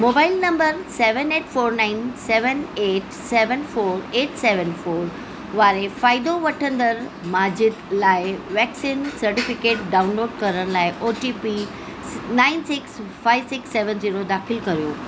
mobile number seven eight four nine seven eight seven four eight seven four वारे फ़ाइदो वठंदड़ माजिद लाइ vaccine certificate download करण लाइ O T P nine six five six seven zero दाख़िल कर्यो